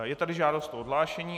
Je tady žádost o odhlášení.